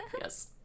yes